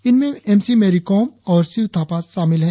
इनमे M C Mary Kom और शिव थापा शामिल है